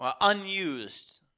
unused